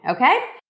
okay